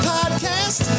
Podcast